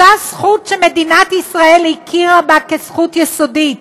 אותה זכות שמדינת ישראל הכירה בה כזכות יסודית,